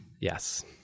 yes